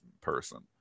person